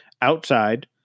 outside